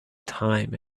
time